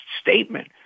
statement